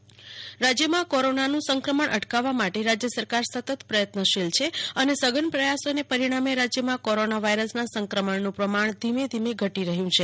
કલ્પના Shah corona રાજયની સ્થિતિ રાજયમાં કોરોનાનું સંક્રમણ અટકાવવા માટે રાજય સરકાર સતત પ્રયત્નશીલ છે અને સધન પ્રયાસોને પરિણામે રાજયમાં કોરોના વાયરસના સંક્રમણનું પ્રમાણ ધીમે ધીમે ઘટી રહ્યુ છે